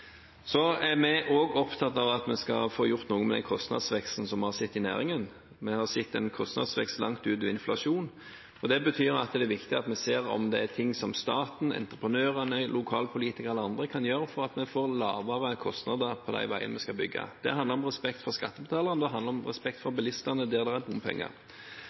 er også opptatt av at vi skal få gjort noe med den kostnadsveksten som vi har sett i næringen. Vi har sett en kostnadsvekst langt utover inflasjonen, og det betyr at det er viktig at vi ser om det er ting som staten, entreprenørene, lokalpolitikerne eller andre kan gjøre sånn at vi får lavere kostnader på de veiene vi skal bygge. Det handler om respekt for skattebetalerne, og det handler om respekt for bilistene der hvor det er bompenger.